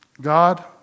God